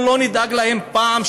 ואנחנו נמצאים פה ועומדים פה,